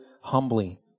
humbly